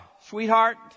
sweetheart